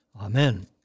Amen